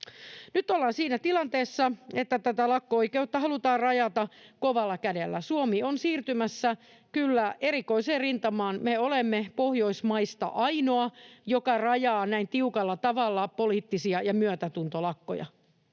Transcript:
Nyt ollaan siinä tilanteessa, että tätä lakko-oikeutta halutaan rajata kovalla kädellä. Suomi on siirtymässä kyllä erikoiseen rintamaan. Me olemme Pohjoismaista ainoa, joka rajaa näin tiukalla tavalla poliittisia ja myötätuntolakkoja.